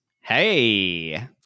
Hey